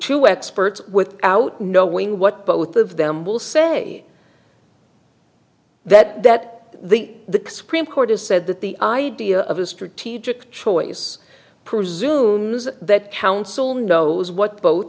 two experts without knowing what both of them will say that that the supreme court has said that the idea of a strategic choice presumes that counsel knows what bo